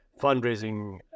fundraising